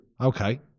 Okay